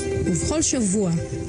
ובכך אין ספק,